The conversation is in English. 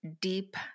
deep